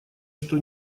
что